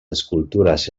escultures